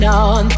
on